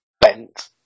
bent